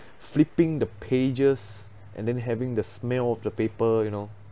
flipping the pages and then having the smell of the paper you know